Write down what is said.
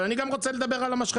אבל אני גם רוצה לדבר על המשחטה.